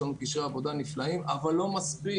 לנו קשרי עבודה נפלאים אבל זה לא מספיק.